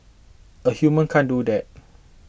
a human can't do that